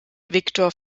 viktor